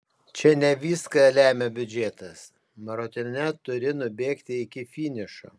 čia ne viską lemia biudžetas maratone turi nubėgti iki finišo